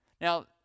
Now